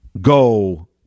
go